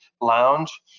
lounge